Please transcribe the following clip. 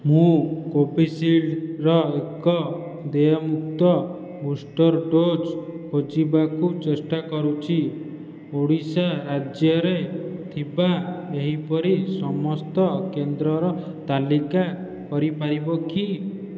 ମୁଁ କୋଭିଶିଲ୍ଡ୍ର ଏକ ଦେୟମୁକ୍ତ ବୁଷ୍ଟର ଡୋଜ୍ ଖୋଜିବାକୁ ଚେଷ୍ଟା କରୁଛି ଓଡ଼ିଶା ରାଜ୍ୟରେ ଥିବା ଏହିପରି ସମସ୍ତ କେନ୍ଦ୍ରର ତାଲିକା କରିପାରିବ କି